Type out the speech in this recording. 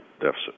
deficit